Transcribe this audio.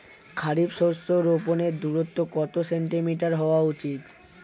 খারিফ শস্য রোপনের দূরত্ব কত সেন্টিমিটার হওয়া উচিৎ?